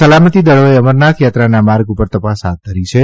સલામતિ દળોએ અમરનાથ યાત્રાના માર્ગ પર તપાસ હાથ ધરી છે